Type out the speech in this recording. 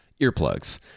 earplugs